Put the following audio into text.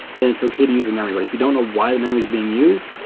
then it's ok to use the memory. but if you don't know why the memory is being used,